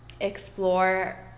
explore